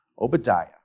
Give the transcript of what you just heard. Obadiah